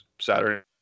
Saturday